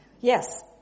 Yes